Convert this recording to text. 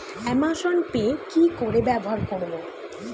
Amazon Pay কি করে ব্যবহার করব?